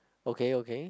okay okay